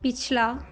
ਪਿਛਲਾ